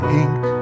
ink